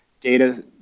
Data